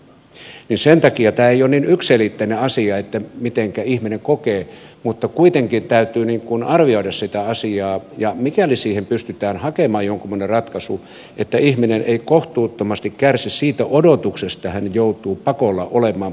sen takia tämä ei ole niin yksiselitteinen asia mitenkä ihminen tämän kokee mutta kuitenkin täytyy arvioida sitä asiaa pystytäänkö siihen hakemaan jonkunmoinen ratkaisu jotta ihminen ei kohtuuttomasti kärsi siitä odotuksesta ja joudu pakolla olemaan pitkään töissä